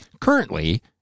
Currently